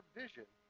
vision